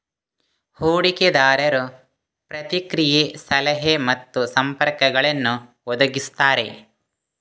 ಹೂಡಿಕೆದಾರರು ಪ್ರತಿಕ್ರಿಯೆ, ಸಲಹೆ ಮತ್ತು ಸಂಪರ್ಕಗಳನ್ನು ಒದಗಿಸುತ್ತಾರೆ